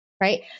Right